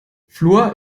fluor